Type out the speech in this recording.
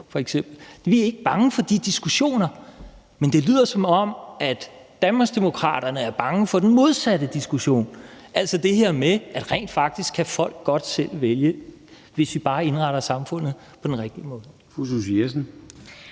hjelm på. Vi er ikke bange for de diskussioner, men det lyder, som om Danmarksdemokraterne er bange for den modsatte diskussion, altså det her med, at rent faktisk kan folk godt selv vælge, hvis vi bare indretter samfundet på den rigtige måde.